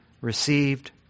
received